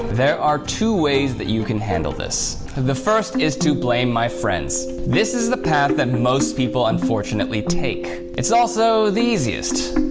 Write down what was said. there are two ways that you can handle this. the first is to blame my friends. this is the path that most people, unfortunately, take. it's also the easiest.